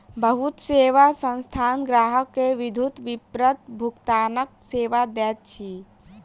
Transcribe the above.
बहुत सेवा संस्थान ग्राहक के विद्युत विपत्र भुगतानक सेवा दैत अछि